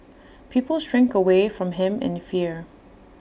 people shrink away from him in fear